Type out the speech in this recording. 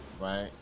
right